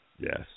Yes